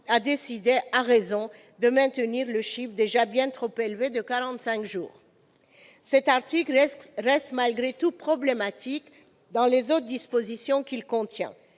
a décidé, à raison, de maintenir le chiffre déjà bien trop élevé de 45 jours. Cet article reste malgré tout problématique, par les autres dispositions qu'il contient.